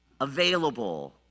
available